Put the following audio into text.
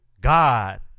God